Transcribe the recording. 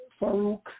Farouk